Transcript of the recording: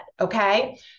okay